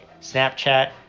snapchat